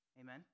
amen